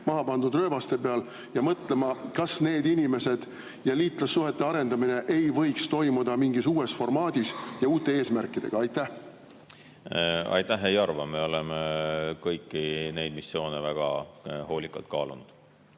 maha pandud rööbaste peal? Ehk peaksime mõtlema, kas liitlassuhete arendamine ei võiks toimuda mingis uues formaadis ja uute eesmärkidega? Aitäh! Ei arva, me oleme kõiki neid missioone väga hoolikalt kaalunud.